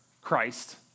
Christ